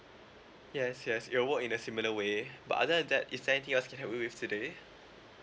yes yes it'll work in a similar way but other than that is there anything else I can help you with today